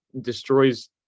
destroys